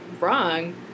wrong